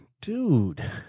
dude